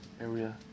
Area